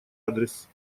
адрес